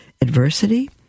adversity